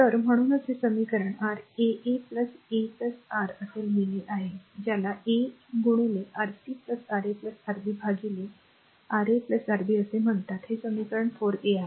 तर म्हणूनच हे समीकरण r a a a r असे लिहित आहे ज्याला a गुणिले Rc Ra Rb भागिले Ra Rb असे म्हणतात ते समीकरण 4a आहे